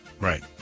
Right